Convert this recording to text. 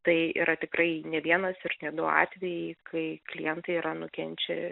tai yra tikrai ne vienas ir ne du atvejai kai klientai yra nukenčia